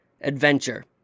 adventure